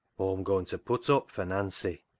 aw'm goin' to put up for nancy.